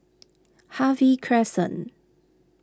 Harvey Crescent